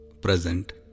present